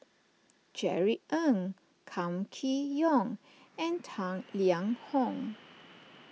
Jerry Ng Kam Kee Yong and Tang Liang Hong